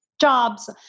jobs